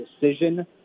decision